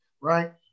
right